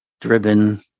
driven